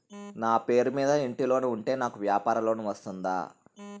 నా పేరు మీద ఇంటి లోన్ ఉంటే నాకు వ్యాపార లోన్ వస్తుందా?